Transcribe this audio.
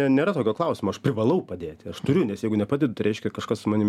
nėra tokio klausimo aš privalau padėti aš turiu nes jeigu nepadedu tai reiškia kažkas su manim